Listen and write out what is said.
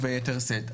וביתר שאת.